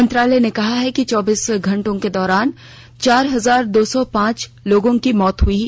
मंत्रालय ने कहा है कि पिछले चौबीास घंटों के दौरान चार हजार दो सौ पांच लोगों की मौत हई है